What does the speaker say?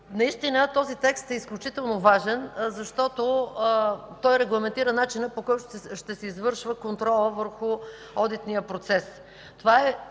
Наистина този текст е изключително важен, защото той регламентира начина, по който ще се извършва контролът върху одитния процес.